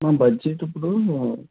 ma'am budget ఇప్పుడు